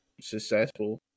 successful